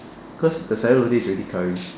because the sayur lodeh is already Curry